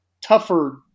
tougher